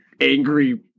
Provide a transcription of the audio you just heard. angry